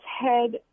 head